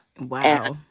Wow